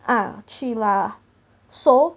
ah 去拉 so